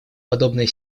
подобные